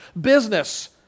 business